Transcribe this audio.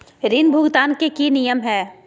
ऋण भुगतान के की की नियम है?